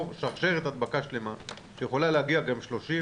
שרשרת הדבקה שלמה שיכולה להגיע ל-30,